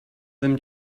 them